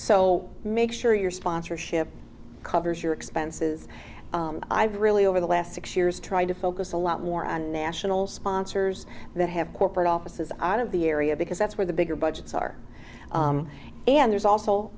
so make sure your sponsorship covers your expenses i really over the last six years try to focus a lot more on national sponsors that have corporate offices out of the area because that's where the bigger budgets are and there's also